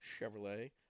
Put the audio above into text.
Chevrolet